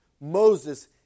Moses